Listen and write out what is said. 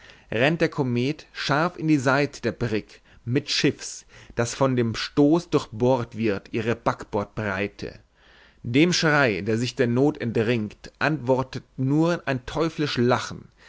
rennt der komet scharf in die seite der brigg mittschiffs daß von dem stoß durchbohrt wird ihre backbordbreite dem schrei der sich der noth entringt antwortet nur ein teuflisch lachen